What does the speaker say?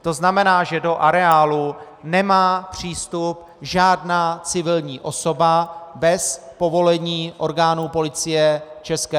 To znamená, že do areálu nemá přístup žádná civilní osoba bez povolení orgánů Policie ČR.